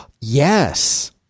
Yes